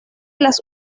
las